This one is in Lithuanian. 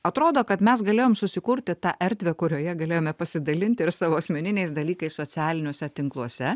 atrodo kad mes galėjom susikurti tą erdvę kurioje galėjome pasidalinti ir savo asmeniniais dalykais socialiniuose tinkluose